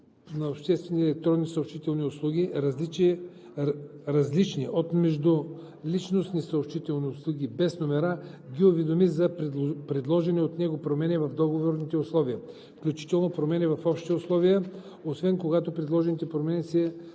на обществени електронни съобщителни услуги, различни от междуличностни съобщителни услуги без номера, ги уведоми за предложени от него промени в договорните условия, включително промени в общите условия, освен когато предложените промени са